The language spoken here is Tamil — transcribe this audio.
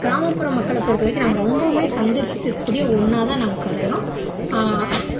கிராமப்புற மக்களை பொறுத்த வரைக்கும் நாங்கள் ரொம்பவும் சந்திச்சிக் கூடிய ஒன்னாக தான் நாங்கள் கருதுகிறோம்